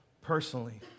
personally